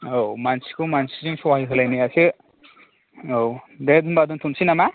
औ मानसिखौ मानसिजों सहाय होलायनायासो औ दे होनबा दोनथ'नोसै नामा